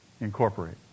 Incorporate